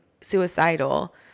suicidal